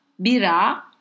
bira